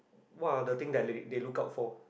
what are the things that they look out for